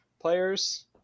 players